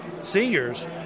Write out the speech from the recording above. seniors